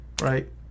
Right